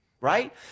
right